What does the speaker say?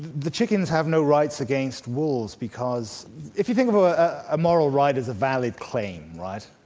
the chickens have no rights against wolves, because if you think a moral right is a valid claim, right.